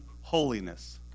holiness